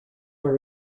are